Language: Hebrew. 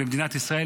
במדינת ישראל,